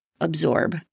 absorb